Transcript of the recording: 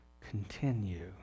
continue